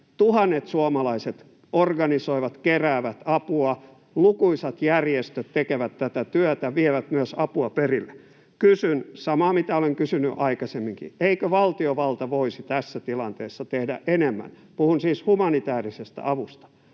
Tuhannet suomalaiset organisoivat, keräävät apua. Lukuisat järjestöt tekevät tätä työtä, vievät myös apua perille. Kysyn samaa, mitä olen kysynyt aikaisemminkin: eikö valtiovalta voisi tässä tilanteessa tehdä enemmän? Puhun siis humanitäärisestä avusta.